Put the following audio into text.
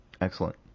Excellent